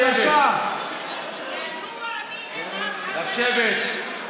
חברת הכנסת תומא, לשבת.